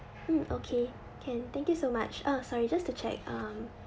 mm okay can thank you so much uh sorry just to check um